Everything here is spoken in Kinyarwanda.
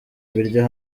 biryo